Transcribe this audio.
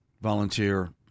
volunteer